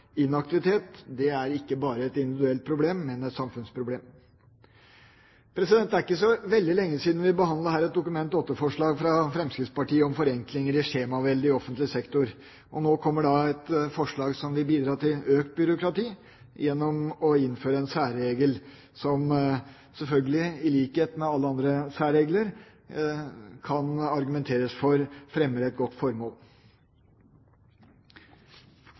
inaktivitet ikke bare er et individuelt problem, men et samfunnsproblem. Det er ikke så veldig lenge siden vi her behandlet et Dokument 8-forslag fra Fremskrittspartiet om forenklinger i skjemaveldet i offentlig sektor. Nå kommer da et forslag som vil bidra til økt byråkrati gjennom å innføre en særregel, som man selvfølgelig, i likhet med alle andre særregler, kan argumentere for fremmer et godt formål.